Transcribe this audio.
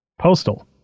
Postal